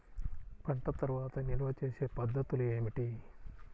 పంట తర్వాత నిల్వ చేసే పద్ధతులు ఏమిటి?